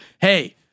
hey